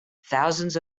thousands